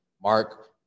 Mark